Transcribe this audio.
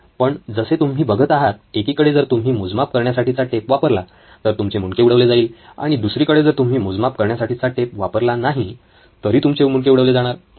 पण जसे तुम्ही बघत आहात एकीकडे जर तुम्ही मोजमाप करण्यासाठीचा टेप वापरला तर तुमचे मुंडके उडवले जाईल आणि दुसरीकडे जर तुम्ही मोजमाप करण्यासाठीचा टेप वापरला नाही तरी तुमचे मुंडके उडवले जाणारच